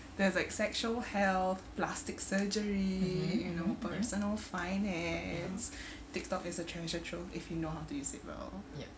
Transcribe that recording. there's like sexual health plastic surgery you know personal finance take stock is a treasure trove if you know how to use it well